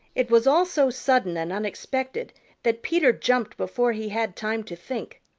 it was all so sudden and unexpected that peter jumped before he had time to think.